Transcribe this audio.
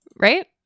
Right